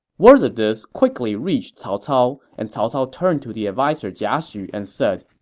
word of this quickly reached cao cao, and cao cao turned to the adviser jia xu and said,